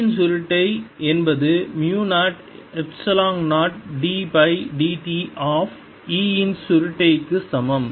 B இன் சுருட்டை என்பது mu 0 epsilon 0 d by dt of E இன் சுருட்டை க்கு சமம்